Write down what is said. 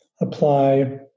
apply